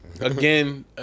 Again